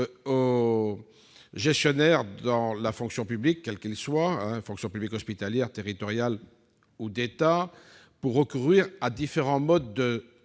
aux gestionnaires de la fonction publique- quelle qu'elle soit, hospitalière, territoriale ou d'État -pour recourir à différents modes de